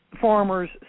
farmers